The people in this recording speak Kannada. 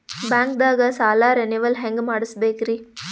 ಬ್ಯಾಂಕ್ದಾಗ ಸಾಲ ರೇನೆವಲ್ ಹೆಂಗ್ ಮಾಡ್ಸಬೇಕರಿ?